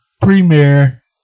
premiere